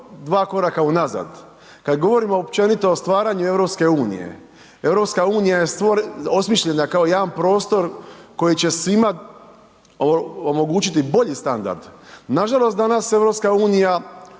dva koraka unazad. Kad govorimo općenito o stvaranju EU, EU je osmišljena kao jedan prostor koji će svima omogućiti bolji standard. Nažalost danas EU